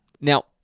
Now